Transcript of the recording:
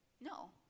No